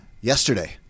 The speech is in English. Yesterday